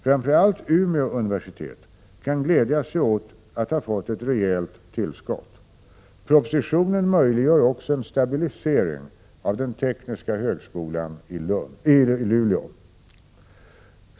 Framför allt Umeå universitet kan glädja sig åt att ha fått ett rejält tillskott. Propositionen möjliggör också en stabilisering av den tekniska högskolan i Luleå.